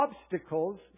obstacles